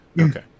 Okay